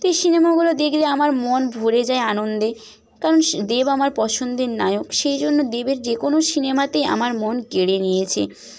এই সিনেমাগুলো দেখলে আমার মন ভরে যায় আনন্দে কারণ দেব আমার পছন্দের নায়ক সেই জন্য দেবের যে কোন সিনেমাতে আমার মন কেড়ে নিয়েছে